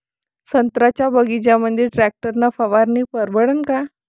संत्र्याच्या बगीच्यामंदी टॅक्टर न फवारनी परवडन का?